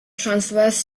transverse